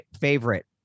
favorite